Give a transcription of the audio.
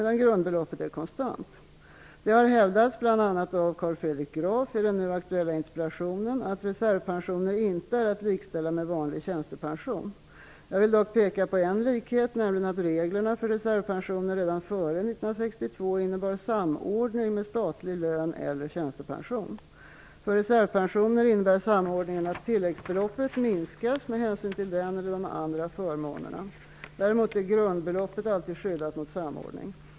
Det har hävdats bl.a. av Carl Fredrik Graf i den nu aktuella interpellationen att reservpensioner inte är att likställa med vanlig tjänstepension. Jag vill dock peka på en likhet, nämligen att reglerna för reservpensioner redan före 1962 innebar samordning med statlig lön eller tjänstepension. För reservpensioner innebär samordningen att tilläggsbeloppet minskas med hänsyn till den eller de andra förmånerna. Däremot är grundbeloppet alltid skyddat mot samordning.